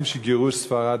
קודם כול, הם אמרו עובדות.